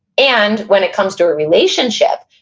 and when it comes to a relationship,